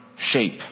shape